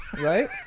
Right